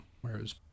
whereas